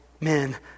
men